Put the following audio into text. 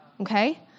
okay